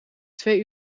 twee